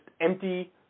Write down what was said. empty